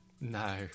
No